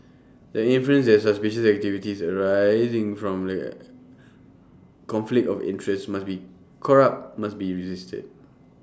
the inference that suspicious activities arising from A conflict of interest must be corrupt must be resisted